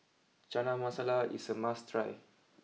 Chana Masala is a must try